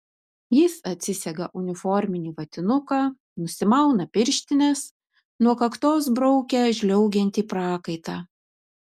jis atsisega uniforminį vatinuką nusimauna pirštines nuo kaktos braukia žliaugiantį prakaitą